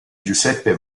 giuseppe